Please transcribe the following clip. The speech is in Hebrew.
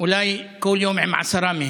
אולי כל יום, עם עשרה מהם.